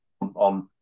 on